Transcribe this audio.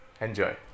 Enjoy